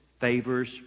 favors